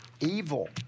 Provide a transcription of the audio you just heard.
evil